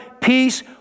peace